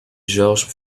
george